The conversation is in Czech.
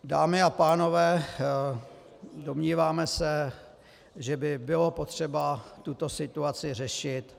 Dámy a pánové, domníváme se, že by bylo potřeba tuto situaci řešit.